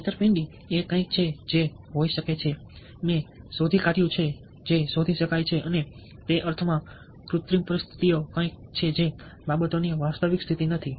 છેતરપિંડી એ કંઈક છે જે હોઈ શકે છે મેં શોધી કાઢ્યું છે જે શોધી શકાય છે અને તે અર્થમાં કૃત્રિમ પરિસ્થિતિઓ કંઈક છે જે બાબતોની વાસ્તવિક સ્થિતિ નથી